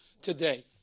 today